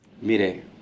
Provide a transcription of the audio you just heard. Mire